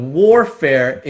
warfare